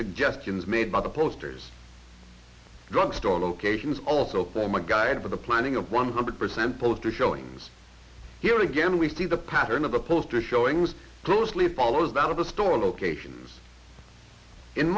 suggestions made by the posters drugstore locations also form a guide for the planning of one hundred percent poster showings here again we see the pattern of opposed to showings closely follows that of the store locations in